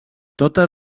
totes